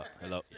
Hello